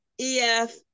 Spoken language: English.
EF